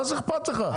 מה זה אכפת לך,